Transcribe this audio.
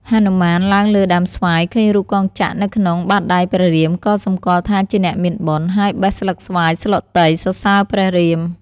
ហនុមាន ឡើងលើដើមស្វាយ ឃើញរូបកងចក្រនៅក្នុង បាតដៃព្រះរាមក៏សម្គាល់ថាជាអ្នកមានបុណ្យ ហើយបេះស្លឹកស្វាយ ស្លុតី (សរសើរ)ព្រះរាម។